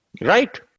Right